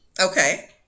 okay